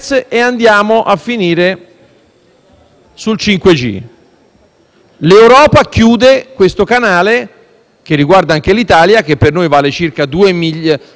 sul 5G. L'Europa chiude questo canale - che riguarda anche l'Italia e che per noi vale circa 2,5 miliardi di euro